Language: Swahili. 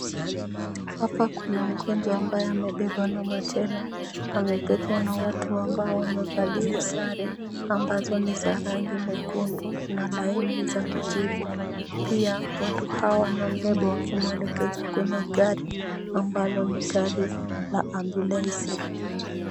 Hapa kuna mgonjwa ambaye amebebwa na machela, amebebwa na watu ambao wamevalia sare ambazo ni za rangi mwekundu na laini za kijivu. Pia watu hawa wanambeba wakimwelekeza kwenye gari ambalo ni gari la ambyulensi.